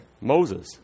Moses